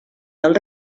del